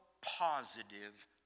positive